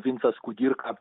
vincas kudirka